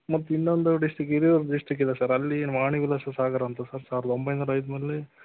ಮತ್ತಿನ್ನೊಂದು district Hiriyur district ಇದೆ sir ಅಲ್ಲಿ ವಾಣಿವಿಲಾಸ ಸಾಗರ ಅಂತ ಸರ್ ಸಾವಿರದ ಒಂಬೈನೂರ ಐದರಲ್ಲಿ